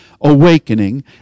awakening